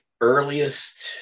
earliest